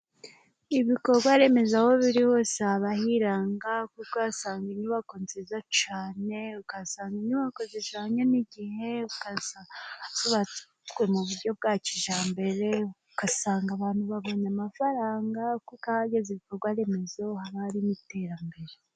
Ibikorwaremezo aho biri hose haba hiranga kuko wasanga inyubako nziza cyane , ukakahasanga inyubako zijyanye n'igihe , ugasanga zubatswe mu buryo bwa kijyambere , ugasanga abantu babonye amafaranga , kuko ahagaze ibikorwa remezo , haba hari n'iterambere.